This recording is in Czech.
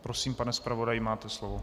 Prosím, pane zpravodaji, máte slovo.